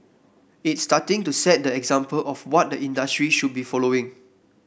it's starting to set the example of what the industry should be following